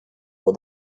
pour